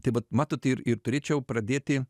tai vat matot ir ir turėčiau pradėti